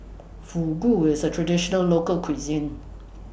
Fugu IS A Traditional Local Cuisine